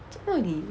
做莫你